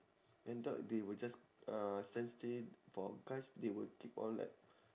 and you thought they will just uh stand still for because they would keep on like